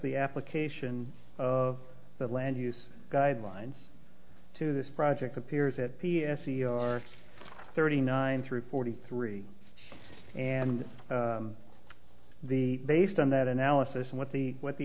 the application of the land use guidelines to this project appears at p s e r thirty nine through forty three and the based on that analysis and what the what the